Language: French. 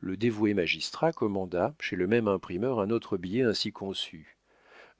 le dévoué magistrat commanda chez le même imprimeur un autre billet ainsi conçu